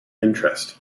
interest